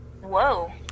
whoa